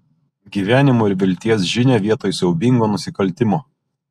gyvenimo ir vilties žinią vietoj siaubingo nusikaltimo